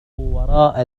وراء